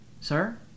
Sir